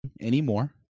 anymore